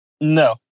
No